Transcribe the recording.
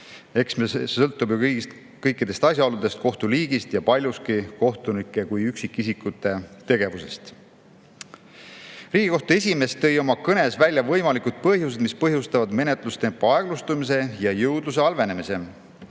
Eks sõltub ju palju kõikidest asjaoludest, kohtu liigist ja paljuski kohtunike kui üksikisikute tegevusest. Riigikohtu esimees tõi oma kõnes välja võimalikud põhjused, mis põhjustavad menetlustempo aeglustumist ja jõudluse halvenemist.